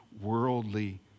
worldly